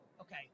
Okay